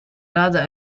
rather